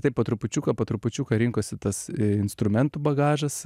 taip po trupučiuką po trupučiuką rinkosi tas instrumentų bagažas